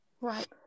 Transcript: right